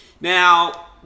Now